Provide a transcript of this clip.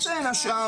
בין השאר,